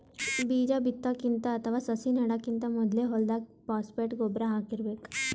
ಬೀಜಾ ಬಿತ್ತಕ್ಕಿಂತ ಅಥವಾ ಸಸಿ ನೆಡಕ್ಕಿಂತ್ ಮೊದ್ಲೇ ಹೊಲ್ದಾಗ ಫಾಸ್ಫೇಟ್ ಗೊಬ್ಬರ್ ಹಾಕಿರ್ಬೇಕ್